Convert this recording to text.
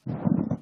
מאה אחוז.